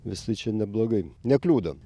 visi čia neblogai nekliudo